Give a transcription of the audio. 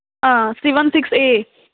آ C one six A